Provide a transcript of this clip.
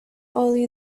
early